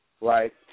right